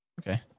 Okay